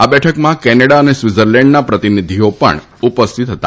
આ બેઠકમાં કેનેડા અને સ્વીટઝરલેન્ડના પ્રતિનિધીઓ પણ ઉપસ્થિત હતા